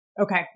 Okay